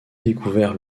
découvert